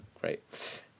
great